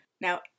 Now